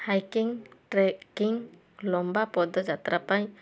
hiking trekking ଲମ୍ବା ପଦଯାତ୍ରା ପାଇଁ